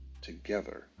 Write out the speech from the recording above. together